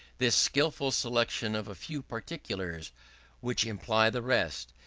this skilful selection of a few particulars which imply the rest,